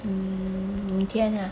mm 明天啦